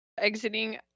exiting